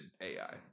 AI